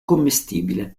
commestibile